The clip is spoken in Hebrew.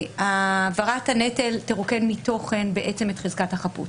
העברת הנטל תרוקן מתוכן את חזקת החפות.